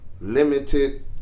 limited